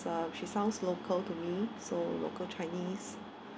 uh she sounds local to me so local chinese